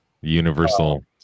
Universal